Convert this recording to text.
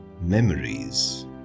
memories